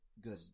good